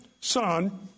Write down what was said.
son